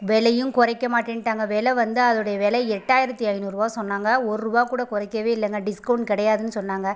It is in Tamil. விலையும் குறைக்க மாட்டேன்டாங்க விலை வந்து அதோடைய விலை எட்டாயிரத்து ஐநூறுபா சொன்னாங்க ஒருபா கூட குறைக்கவே இல்லைங்க டிஸ்கவுண்ட் கிடையாதுன்னு சொன்னாங்க